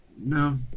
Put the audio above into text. no